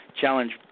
challenge